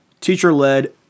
teacher-led